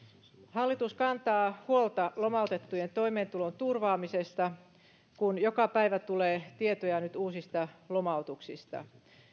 hallitus kantaa huolta lomautettujen toimeentulon turvaamisesta kun nyt joka päivä tulee tietoja uusista lomautuksista